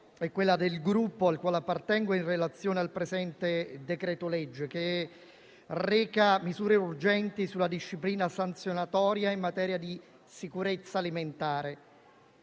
e quella del Gruppo al quale appartengo in relazione al presente decreto-legge che reca misure urgenti sulla disciplina sanzionatoria in materia di sicurezza alimentare.